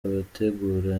abategura